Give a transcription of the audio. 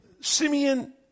Simeon